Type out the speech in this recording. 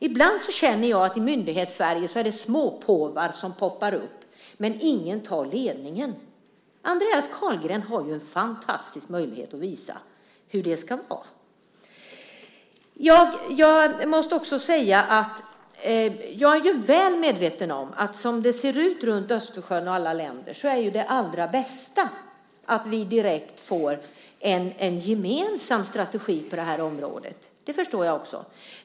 Ibland känner jag att det poppar upp småpåvar i Myndighets-Sverige, men ingen tar ledningen. Andreas Carlgren har en fantastisk möjlighet att visa hur det ska vara. Jag är väl medveten om att som det ser ut runt Östersjön är det allra bästa att vi direkt får en gemensam strategi på området. Det förstår jag också.